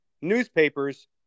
newspapers